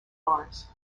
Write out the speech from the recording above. mars